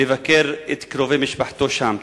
לבקר את קרובי משפחתו שם?